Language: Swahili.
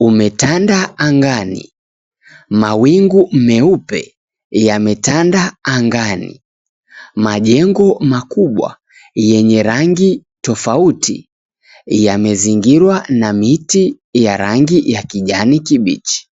umetanda angani. Mawingu meupe yametanda angani. Majengo makubwa yenye rangi tofauti yamezingirwa na miti ya rangi ya kijani kibichi.